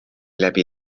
läbi